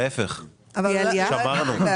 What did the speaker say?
יש עלייה?